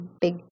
big